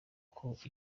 amaboko